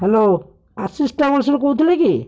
hello Ashish ଟ୍ରାଭେଲ୍ସରୁ କହୁଥିଲେ କି